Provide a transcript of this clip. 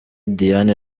diane